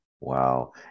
wow